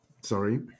Sorry